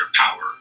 power